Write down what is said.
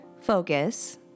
focus